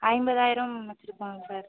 ஐம்பதாயிரம் வெச்சிருக்கோங்க சார்